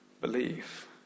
believe